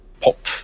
pop